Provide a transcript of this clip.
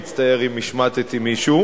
אני מצטער אם השמטתי מישהו,